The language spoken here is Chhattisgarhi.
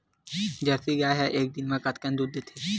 जर्सी गाय ह एक दिन म कतेकन दूध देथे?